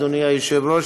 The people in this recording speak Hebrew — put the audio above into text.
אדוני היושב-ראש,